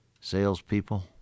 salespeople